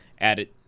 added